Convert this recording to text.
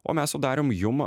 o mes su darium jum